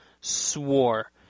swore